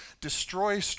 destroy